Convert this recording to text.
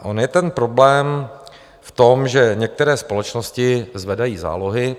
On je problém v tom, že některé společnosti zvedají zálohy.